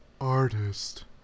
artist